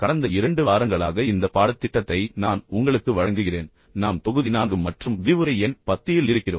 கடந்த இரண்டு வாரங்களாக இந்த பாடத்திட்டத்தை நான் உங்களுக்கு வழங்குகிறேன் பின்னர் நாம் ஏற்கனவே தொகுதி 4 மற்றும் விரிவுரை எண் 10 இல் இருக்கிறோம்